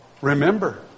remember